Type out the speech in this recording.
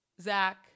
Zach